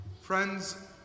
Friends